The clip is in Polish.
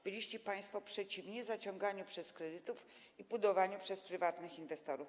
Byliście państwo przeciwni zaciąganiu kredytów i budowaniu przez prywatnych inwestorów.